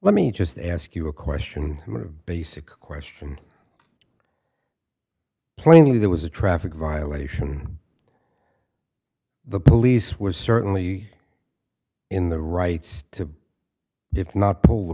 let me just ask you a question of basic question plainly there was a traffic violation the police was certainly in the rights to if not pull the